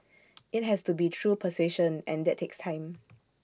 IT has to be through persuasion and that takes time